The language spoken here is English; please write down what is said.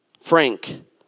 Frank